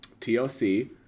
TLC